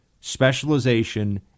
specialization